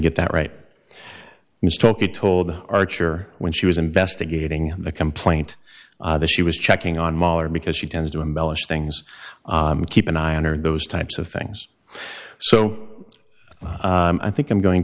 get that right stalky told archer when she was investigating the complaint that she was checking on mahler because she tends to embellish things keep an eye on or those types of things so i think i'm going